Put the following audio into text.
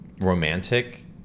romantic